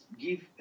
give